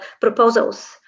proposals